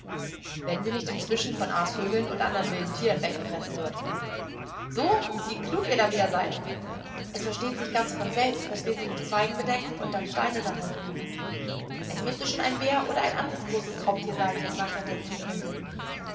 wenn sie nicht inzwischen von aasvögeln und andern wilden tieren weggefressen wird so wie klug ihr da wieder seid es versteht sich ganz von selbst daß wir sie mit zweigen bedecken und dann steine darauf legen es müßte schon ein bär oder ein anderes großes raubtier sein das nachher dazu könnte